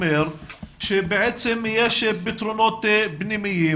אומר שבעצם יש פתרונות פנימיים,